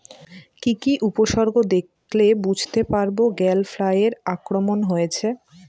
কি কি উপসর্গ দেখলে বুঝতে পারব গ্যাল ফ্লাইয়ের আক্রমণ হয়েছে?